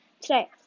Today